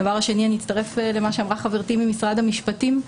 אני אצטרף למה שאמרה חברתי ממשרד המשפטים,